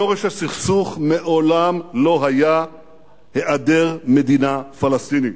שורש הסכסוך מעולם לא היה היעדר מדינה פלסטינית.